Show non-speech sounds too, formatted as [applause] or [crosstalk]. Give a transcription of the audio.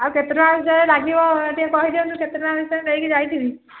ଆଉ କେତେ ଟଙ୍କା ହିସାବରେ ଲାଗିବ ଟିକେ କହିଦଅନ୍ତୁ କେତେ ଟଙ୍କା [unintelligible] ନେଇକି ଯାଇଥିବି